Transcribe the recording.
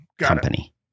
company